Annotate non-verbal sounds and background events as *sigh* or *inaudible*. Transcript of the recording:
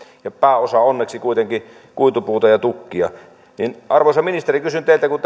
ja pääosa onneksi kuitenkin kuitupuuta ja tukkia arvoisa ministeri kysyn teiltä kun *unintelligible*